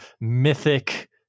mythic